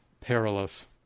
Perilous